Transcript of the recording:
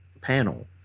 panel